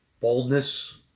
Boldness